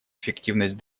эффективность